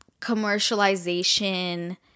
commercialization